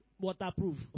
waterproof